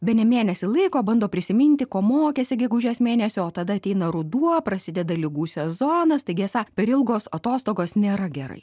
bene mėnesį laiko bando prisiminti ko mokėsi gegužės mėnesį o tada ateina ruduo prasideda ligų sezonas taigi esą per ilgos atostogos nėra gerai